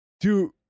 Dude